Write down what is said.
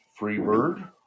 Freebird